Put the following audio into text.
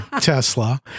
Tesla